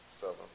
Seven